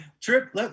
Trip